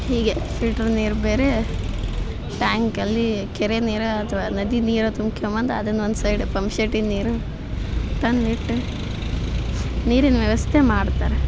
ಹೀಗೆ ಫಿಲ್ಟರ್ ನೀರು ಬೇರೆ ಟ್ಯಾಂಕಲ್ಲಿ ಕೆರೆ ನೀರು ಅಥ್ವಾ ನದಿದು ನೀರು ತುಂಬ್ಕೊ ಬಂದು ಅದನ್ನು ಒನ್ ಸೈಡ್ ಪಂಪ್ ಶೆಟ್ಟಿನ ನೀರು ತಂದು ಇಟ್ಟು ನೀರಿನ ವ್ಯವಸ್ಥೆ ಮಾಡ್ತಾರೆ